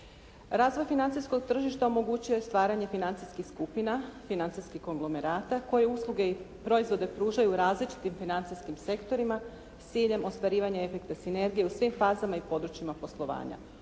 Razvoj financijskom tržišta omogućuje stvaranje financijskih skupina, financijskih konglomerata koji usluge i proizvode pružaju u različitim financijskim sektorima, s ciljem ostvarivanja efekta sinergije u svim fazama i područjima poslovanja.